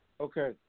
Okay